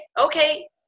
okay